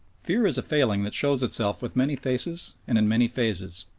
fear is a failing that shows itself with many faces and in many phases.